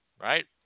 right